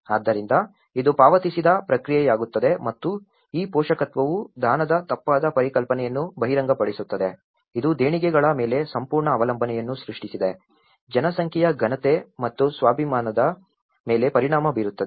ಆದ್ದರಿಂದ ಇದು ಪಾವತಿಸಿದ ಪ್ರಕ್ರಿಯೆಯಾಗುತ್ತದೆ ಮತ್ತು ಈ ಪೋಷಕತ್ವವು ದಾನದ ತಪ್ಪಾದ ಪರಿಕಲ್ಪನೆಯನ್ನು ಬಹಿರಂಗಪಡಿಸುತ್ತದೆ ಇದು ದೇಣಿಗೆಗಳ ಮೇಲೆ ಸಂಪೂರ್ಣ ಅವಲಂಬನೆಯನ್ನು ಸೃಷ್ಟಿಸಿದೆ ಜನಸಂಖ್ಯೆಯ ಘನತೆ ಮತ್ತು ಸ್ವಾಭಿಮಾನದ ಮೇಲೆ ಪರಿಣಾಮ ಬೀರುತ್ತದೆ